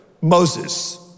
Moses